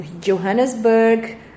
Johannesburg